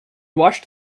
washed